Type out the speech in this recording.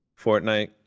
fortnite